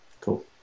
Cool